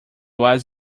was